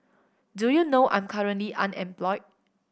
do you know I'm currently unemployed